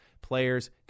players